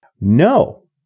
No